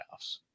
playoffs